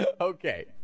Okay